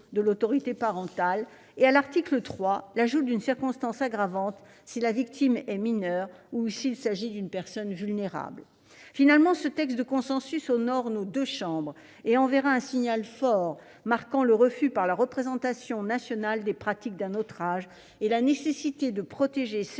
de l'autorité parentale et à l'ajout, à l'article 3, d'une circonstance aggravante si la victime est mineure ou s'il s'agit d'une personne vulnérable. Finalement, ce texte de consensus honore nos deux chambres et enverra un signal fort, en marquant le refus par la représentation nationale des pratiques d'un autre âge et la nécessité de protéger celles